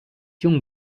young